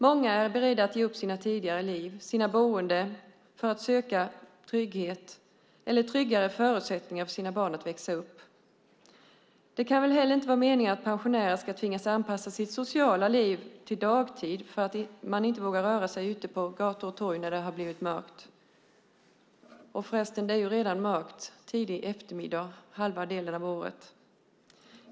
Många är beredda att ge upp sina tidigare liv och sina bostäder för att söka trygghet eller tryggare förutsättningar för sina barn att växa upp. Det kan inte heller vara meningen att pensionärer ska tvingas förlägga sitt sociala liv till dagtid för att de inte vågar röra sig ute på gator och torg när det har blivit mörkt. För resten är det redan mörkt under tidig eftermiddag halva delen av året.